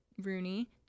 rooney